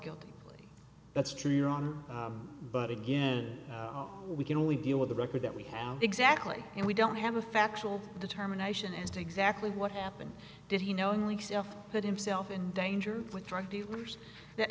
plea that's true your honor but again we can only deal with the record that we have exactly and we don't have a factual determination as to exactly what happened did he knowingly self put himself in danger with drug dealers that